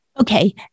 Okay